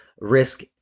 risk